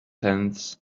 tenths